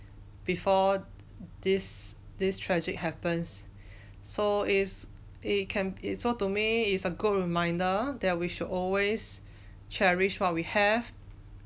before this this tragic happens so is it can so to me is a good reminder that we shall always cherish while we have